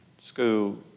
school